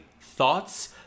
thoughts